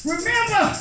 Remember